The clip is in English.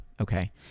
okay